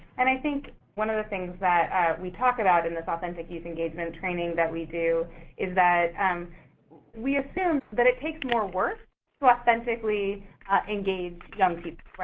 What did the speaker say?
and i think one of the things that we talk about in this authentic youth engagement training that we do is that um we assume so that it takes more work to authentically engage young people, right?